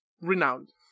renowned